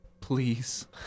please